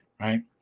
Right